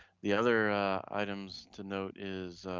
the other items to note is